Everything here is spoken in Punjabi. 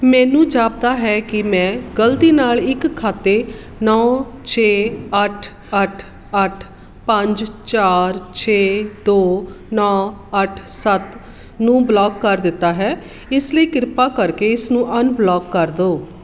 ਮੈਨੂੰ ਜਾਪਦਾ ਹੈ ਕਿ ਮੈਂ ਗਲਤੀ ਨਾਲ ਇੱਕ ਖਾਤੇ ਨੌ ਛੇ ਅੱਠ ਅੱਠ ਅੱਠ ਪੰਜ ਚਾਰ ਛੇ ਦੋ ਨੌ ਅੱਠ ਸੱਤ ਨੂੰ ਬਲੌਕ ਕਰ ਦਿੱਤਾ ਹੈ ਇਸ ਲਈ ਕਿਰਪਾ ਕਰਕੇ ਇਸਨੂੰ ਅਨਬਲੌਕ ਕਰ ਦਿਓ